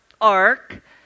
ark